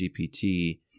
GPT